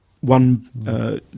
one